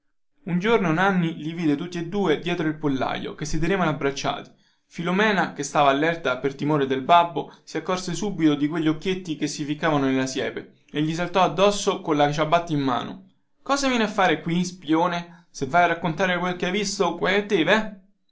un giorno nanni li vide tutti e due dietro il pollaio che si tenevano abbracciati filomena che stava allerta per timore del babbo si accorse subito di quegli occhietti che si ficcavano nella siepe e gli saltò addosso colla ciabatta in mano cosa vieni a fare qui spione se stai a raccontare quel che hai visto